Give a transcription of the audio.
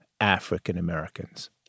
African-Americans